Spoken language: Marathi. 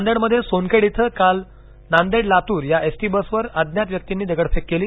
नांदेडमध्ये सोनखेड इथं काल नांदेड लातूर या एस टी बसवर अज्ञात व्यक्तींनी दगडफेक केली